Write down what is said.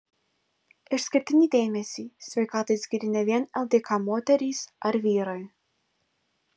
išskirtinį dėmesį sveikatai skyrė ne vien ldk moterys ar vyrai